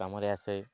କାମରେ ଆସେ